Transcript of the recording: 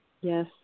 Yes